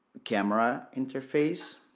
camera interface